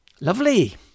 lovely